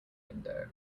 window